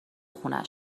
خونه